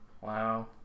Wow